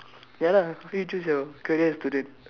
ya lah how coem you choose your career student